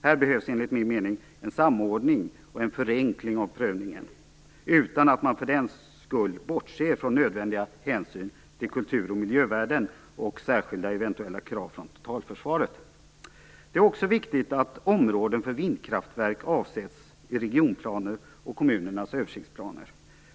Här behövs det enligt min mening en samordning och en förenkling av prövningen utan att man för den skull bortser från nödvändiga hänsyn till kultur och miljövärden och särskilda eventuella krav från totalförsvaret. Det är också viktigt att områden för vindkraftverk avsätts i regionplaner och i kommunernas översiktsplaner.